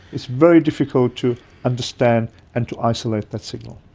it's very difficult to understand and to isolate that signal.